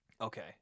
Okay